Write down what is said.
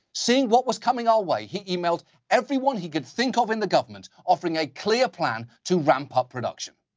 seeing what was coming our way, he emailed everyone he could think of in the government, offering a clear plan to ramp up production.